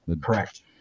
Correct